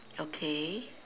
okay